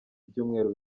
byumweru